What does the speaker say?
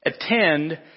Attend